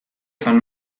san